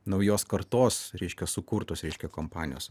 naujos kartos reiškia sukurtos reiškia kompanijos